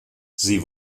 sie